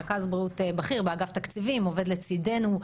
רכז בריאות בכיר באגף תקציבים שעובד לצידנו,